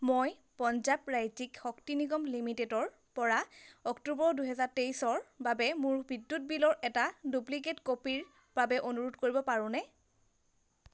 মই পঞ্জাৱ ৰাজ্যিক শক্তি নিগম লিমিটেডৰপৰা অক্টোবৰ দুহেজাৰ তেইছৰ বাবে মোৰ বিদ্যুৎ বিলৰ এটা ডুপ্লিকেট কপিৰ বাবে অনুৰোধ কৰিব পাৰোঁনে